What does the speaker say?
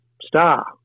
star